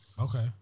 Okay